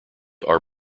are